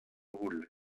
roule